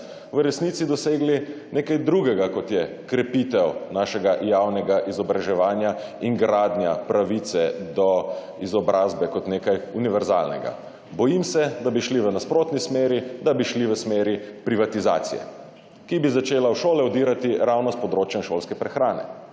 v resnici dosegli nekaj drugega kot je krepitev našega javnega izobraževanja in gradnja pravicedo izobrazbe kot nekaj univerzalnega. Bojim se, da bi šli v nasprotno smer, da bi šli v smer privatizacije, ki bi začela v šole vdirati ravno s področja šolske prehrane.